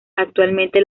actualmente